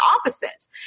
opposites